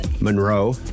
Monroe